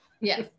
Yes